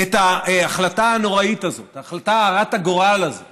את ההחלטה הנוראית הזאת, ההחלטה הרת הגורל הזאת